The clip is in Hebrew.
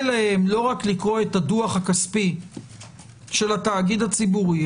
להם לא רק לקרוא את הדוח הכספי של התאגיד הציבורי,